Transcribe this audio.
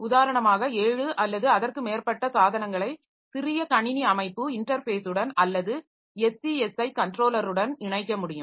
உதாரணமாக ஏழு அல்லது அதற்கு மேற்பட்ட சாதனங்களை சிறிய கணினி அமைப்பு இன்டர்ஃபேஸுடன் அல்லது SCSI கன்ட்ரோலருடன் இணைக்க முடியும்